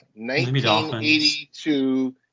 1982